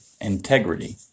integrity